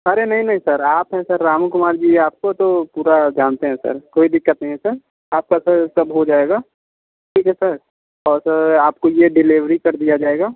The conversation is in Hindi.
अरे नहीं नहीं सर आप हैं सर रामू कुमार जी आपको तो पूरा जानते हैं सर कोई दिक्कत नहीं है सर आपका सर सब हो जाएगा ठीक है सर और सर आपको ये डिलीवरी कर दिया जाएगा